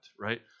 right